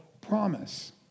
promise